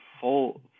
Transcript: full